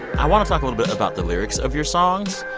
i want to talk a little bit about the lyrics of your songs.